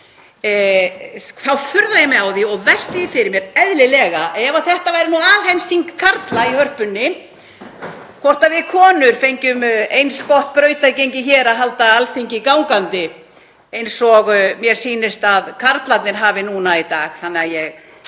þá furða ég mig á því og velti því fyrir mér, eðlilega, að ef þetta væri heimsþing karla í Hörpunni, hvort við konur fengjum eins gott brautargengi hér við að halda Alþingi gangandi eins og mér sýnist að karlarnir hafi núna í dag.